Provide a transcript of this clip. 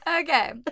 Okay